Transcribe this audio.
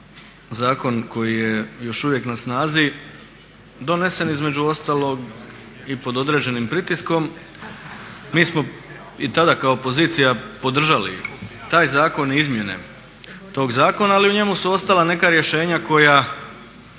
zakon koji je još uvijek na snazi donesen između ostalog i pod određenim pritiskom. Mi smo i tada kao pozicija podržali taj zakon i izmjene tog zakona, ali u njemu su ostala neka rješenja koja